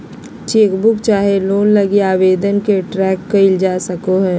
chequebook चाहे loan लगी आवेदन के ट्रैक क़इल जा सको हइ